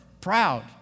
proud